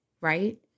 Right